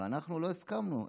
אנחנו לא הסכמנו.